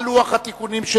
על לוח התיקונים.